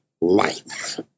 life